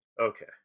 Okay